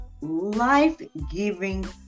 life-giving